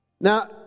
now